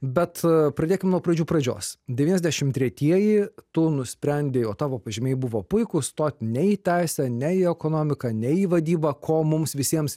bet pradėkim nuo pradžių pradžios devyniasdešim tretieji tu nusprendei o tavo pažymiai buvo puikūs stot ne į teisę ne į ekonomiką ne į vadybą ko mums visiems